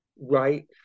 right